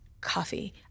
coffee